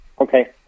Okay